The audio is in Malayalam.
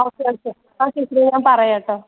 ഓക്കെ ഓക്കെ ആ ടീച്ചറേ ഞാൻ പറയാട്ടോ